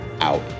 Out